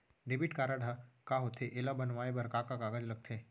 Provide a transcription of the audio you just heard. Debit card ह का होथे एला बनवाए बर का का कागज लगथे?